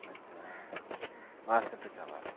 ᱟᱪᱪᱷᱟ ᱵᱟᱥᱛᱮᱯᱮ ᱪᱟᱞᱟᱣ ᱞᱮᱱᱟ